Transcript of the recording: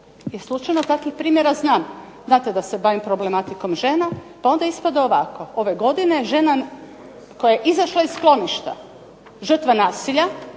je slučajno dakle, da se bavim problematikom žena pa onda ispada ovako, ove godine žena koja je izašla iz skloništa, žrtva nasilja,